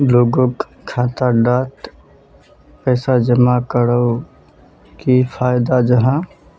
लोगोक खाता डात पैसा जमा कवर की फायदा जाहा?